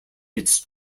its